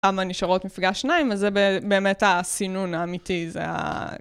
כמה נשארות מפגש שניים, וזה באמת הסינון האמיתי, זה ה...